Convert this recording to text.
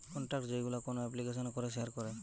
contact যেইগুলো কোন এপ্লিকেশানে করে শেয়ার করে